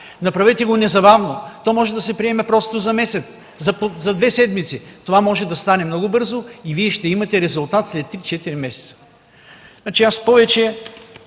Направете го незабавно! То може да се приеме просто за месец, за две седмици. Това може да стане много бързо и Вие ще имате резултат след три- четири